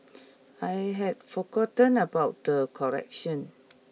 I had forgotten about the collection